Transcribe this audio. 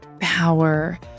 power